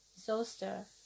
Zoster